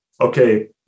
okay